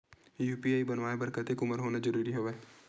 UPI बनवाय बर कतेक उमर होना जरूरी हवय?